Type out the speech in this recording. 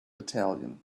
battalion